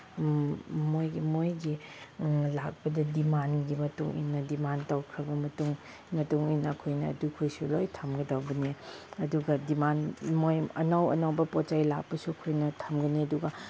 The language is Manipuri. ꯃꯣꯏꯒꯤ ꯂꯥꯛꯄꯗ ꯗꯤꯃꯥꯟꯒꯤ ꯃꯇꯨꯡꯏꯟꯅ ꯗꯤꯃꯥꯟ ꯇꯧꯈ꯭ꯔꯕ ꯃꯇꯨꯡ ꯃꯇꯨꯡꯏꯟꯅ ꯑꯩꯈꯣꯏꯅ ꯑꯗꯨꯈꯣꯏꯁꯨ ꯂꯣꯏ ꯊꯝꯒꯗꯧꯕꯅꯤ ꯑꯗꯨꯒ ꯗꯤꯃꯥꯟ ꯃꯣꯏ ꯑꯅꯧ ꯑꯅꯧꯕ ꯄꯣꯠ ꯆꯩ ꯂꯥꯛꯄꯁꯨ ꯑꯩꯈꯣꯏꯅ ꯊꯝꯒꯅꯤ ꯑꯗꯨꯒ